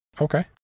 Okay